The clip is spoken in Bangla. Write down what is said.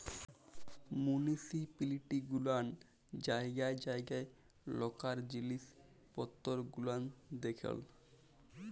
মুনিসিপিলিটি গুলান জায়গায় জায়গায় লকাল জিলিস পত্তর গুলান দেখেল